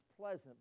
pleasant